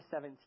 17